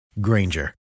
Granger